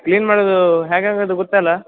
clean ಮಾಡೋದು ಹೇಗ್ ಹೇಗ್ ಅದು ಗೊತ್ತಲ್ಲ